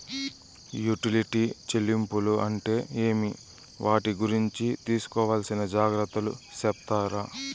Utility చెల్లింపులు అంటే ఏమి? వాటి గురించి తీసుకోవాల్సిన జాగ్రత్తలు సెప్తారా?